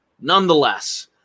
nonetheless